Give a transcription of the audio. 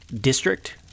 district